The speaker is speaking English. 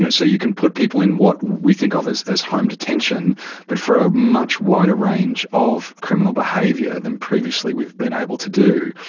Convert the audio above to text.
so you can put people in what we think of as as home detention but for a much wider range of criminal behaviour than previously we've been able to do.